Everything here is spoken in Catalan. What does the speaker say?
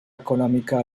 econòmica